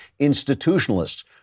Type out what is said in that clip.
institutionalists